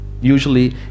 Usually